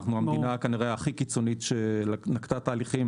אנחנו כנראה המדינה שנקטה בתהליכים